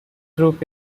group